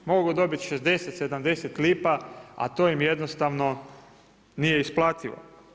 Mogu dobiti 60, 70 lipa a to im jednostavno nije isplativo.